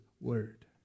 Word